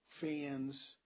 fans